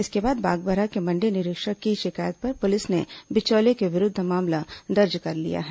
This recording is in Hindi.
इसके बाद बागबाहरा के मण्डी निरीक्षक की शिकायत पर पुलिस ने बिचौलिए के विरूद्व मामला दर्ज कर लिया है